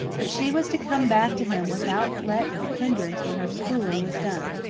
but she was to come back to him without let or hindrance when her schooling was done.